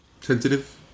Sensitive